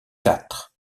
quatre